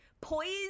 poised